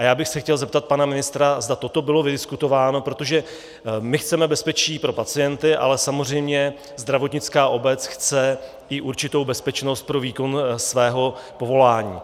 Já bych se chtěl zeptat pana ministra, zda toto bylo vydiskutováno, protože my chceme bezpečí pro pacienty, ale samozřejmě zdravotnická obec chce i určitou bezpečnost pro výkon svého povolání.